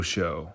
Show